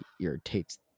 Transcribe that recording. irritates